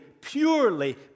purely